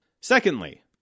Secondly